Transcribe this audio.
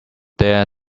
there